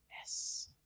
yes